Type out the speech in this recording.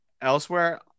elsewhere